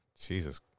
jesus